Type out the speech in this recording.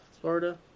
Florida